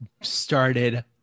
started